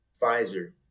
Pfizer